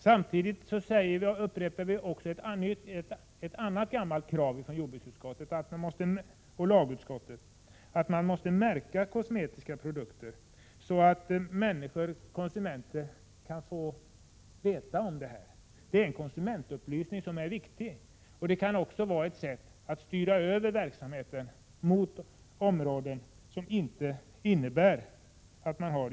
Samtidigt upprepar vi ett annat gammalt krav från jordbruksutskottet och lagutskottet på att kosmetiska produkter måste märkas, så att konsumenter får veta om produkterna prövats i djurförsök. Det är en viktig konsumentupplysning, och det kan också vara ett sätt att styra över verksamheten mot områden där djurtester inte förekommer.